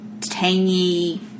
tangy